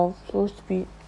orh so sweet